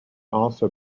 also